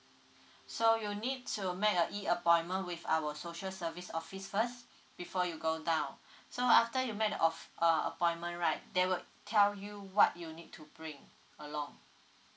so you need to make a E appointment with our social service office first before you go down so after you met a of~ uh a appointment right they will tell you what you need to bring along